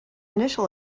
initial